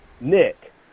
Nick